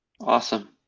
Awesome